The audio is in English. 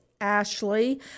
Ashley